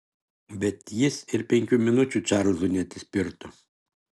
bet jis ir penkių minučių čarlzui neatsispirtų